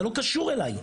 זה לא קשור אליי.